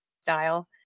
style